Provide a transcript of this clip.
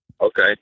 Okay